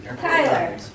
Tyler